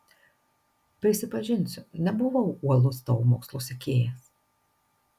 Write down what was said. prisipažinsiu nebuvau uolus tavo mokslo sekėjas